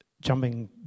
jumping